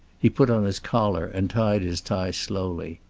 he put on his collar and tied his tie slowly.